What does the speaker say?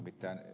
nimittäin ed